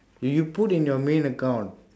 you put in your main account